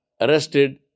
arrested